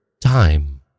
time